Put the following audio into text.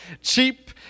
cheap